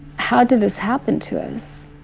how did this happen to us?